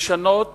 לשנות